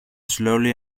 slowly